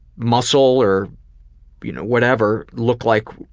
muscle or you know whatever, look like